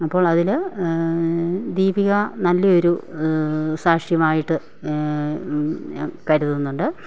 അപ്പോൾ അതിൽ ദീപിക നല്ല ഒരു സാക്ഷ്യമായിട്ട് അ കരുതുന്നുണ്ട്